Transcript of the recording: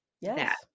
Yes